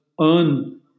earn